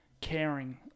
caring